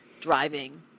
driving